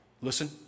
Listen